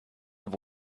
have